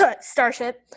Starship